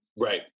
Right